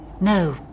No